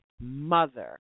mother